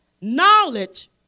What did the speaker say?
knowledge